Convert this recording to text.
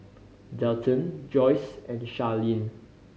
Delton Joyce and Charlene